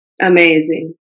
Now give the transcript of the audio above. Amazing